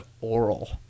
oral